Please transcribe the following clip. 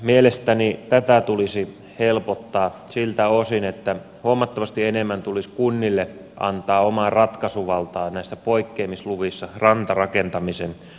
mielestäni tätä tulisi helpottaa siltä osin että huomattavasti enemmän tulisi kunnille antaa omaa ratkaisuvaltaa näissä poikkeamisluvissa rantarakentamisen suhteen